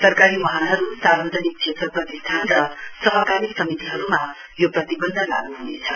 सरकारी वाहनहरु सार्वजनिक क्षेत्र प्रतिस्ठान र सहकारी समितिहरुमा यो प्रतिवन्ध लागू हुनेछ